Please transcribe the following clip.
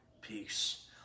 peace